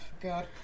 God